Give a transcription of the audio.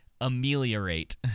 Ameliorate